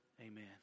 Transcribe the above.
amen